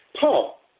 Paul